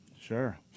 Sure